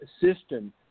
system